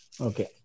Okay